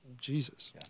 Jesus